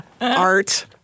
art